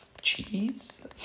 cheese